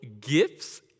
gifts